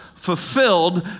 Fulfilled